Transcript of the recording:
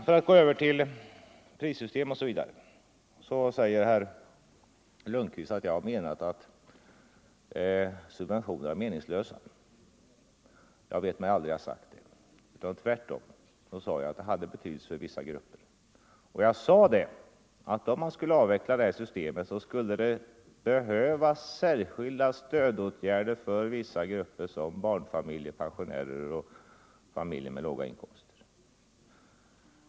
För att gå över till prissystem osv. säger herr Lundkvist att jag menade att subventioner var meningslösa. Jag vet mig aldrig ha sagt det. Tvärtom sade jag att de hade betydelse för vissa grupper. Jag sade att om man skulle avveckla det systemet, skulle det behövas särskilda stödåtgärder för vissa grupper, såsom barnfamiljer, pensionärer och familjer med låga inkomster.